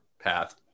path